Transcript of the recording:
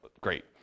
Great